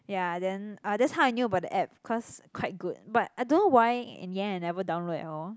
ya then uh that's how I knew about the app cause quite good but I don't know why in the end I never download at all